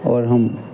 और हम